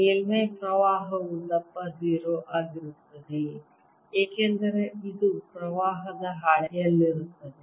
ಮೇಲ್ಮೈ ಪ್ರವಾಹವು ದಪ್ಪ 0 ಆಗಿರುತ್ತದೆ ಏಕೆಂದರೆ ಇದು ಪ್ರವಾಹದ ಹಾಳೆಯಲ್ಲಿರುತ್ತದೆ